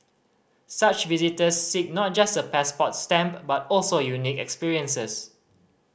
such visitors seek not just a passport stamp but also unique experiences